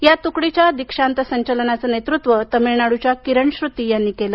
या तुकडीच्या दीक्षांत संचालनाचे नेतृत्व तमिळनाडूच्या किरण श्रुती यांनी केलं